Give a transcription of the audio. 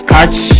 Catch